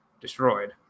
destroyed